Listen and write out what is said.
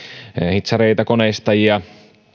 hitsareita koneistajia